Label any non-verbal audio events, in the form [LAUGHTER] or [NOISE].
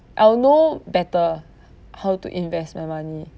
I'll know better [BREATH] how to invest my money